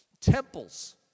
temples